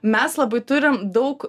mes labai turim daug